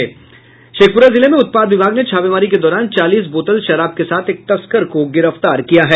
शेखपुरा जिले में उत्पाद विभाग ने छापेमारी के दौरान चालीस बोतल शराब के साथ एक तस्कर को गिरफ्तार किया है